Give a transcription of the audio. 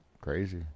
Crazy